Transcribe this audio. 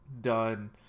done